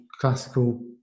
classical